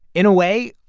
in a way,